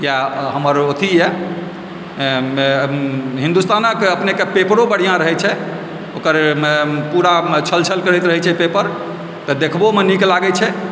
या हमर अथी यऽ हिन्दुस्तानके अपनेके पेपरो बढ़िआँ रहै छै ओकर पुरा छलछल करैत रहैत छै पेपर तऽ देखहोमे नीक लागै छै